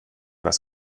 was